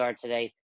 today